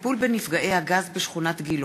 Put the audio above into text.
לוי ואורי מקלב בנושא: הטיפול בנפגעי הגז בשכונת גילה,